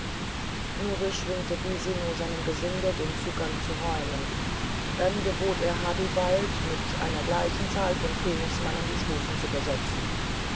mürrisch winkte bisino seinem gesinde den zugang zu räumen dann gebot er hadubald mit einer gleichen zahl von königsmannen die stufen zu besetzen